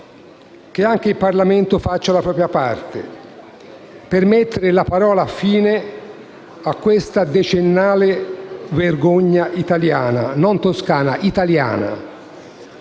che anche il Parlamento faccia la propria parte per mettere la parola fine a questa decennale vergogna italiana - non toscana, ma italiana